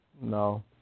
No